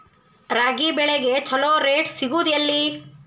ರಾಗಿ ಬೆಳೆಗೆ ಛಲೋ ರೇಟ್ ಸಿಗುದ ಎಲ್ಲಿ?